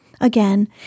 Again